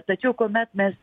tačiau kuomet mes